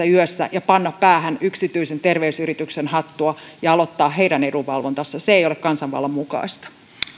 yössä ja panna päähän yksityisen terveysyrityksen hattua ja aloittaa heidän edunvalvontaansa se ei ole kansanvallan mukaista